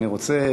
אני רוצה,